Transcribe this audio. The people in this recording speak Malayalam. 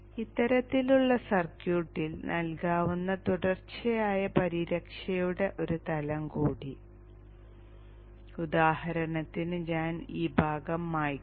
ഇത്തരത്തിലുള്ള സർക്യൂട്ടിൽ നൽകാവുന്ന തുടർച്ചയായ പരിരക്ഷയുടെ ഒരു തലം കൂടി ഉദാഹരണത്തിന് ഞാൻ ഈ ഭാഗം മായ്ക്കുന്നു